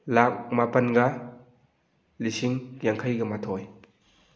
ꯂꯥꯛ ꯃꯄꯟꯒ ꯂꯤꯁꯤꯡ ꯌꯥꯡꯈꯩꯒ ꯃꯥꯊꯣꯏ